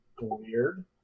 weird